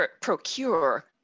procure